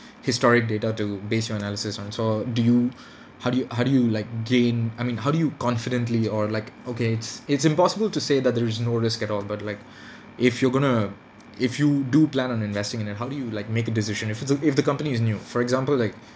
historic data to base your analysis on so do you how do you how do you like gain I mean how do you confidently or like okay it's it's impossible to say that there is no risk at all but like if you're going to if you do plan on investing in it how do you like make a decision if it's a if the company's new for example like